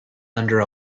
under